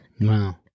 wow